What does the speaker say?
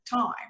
time